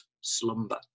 slumber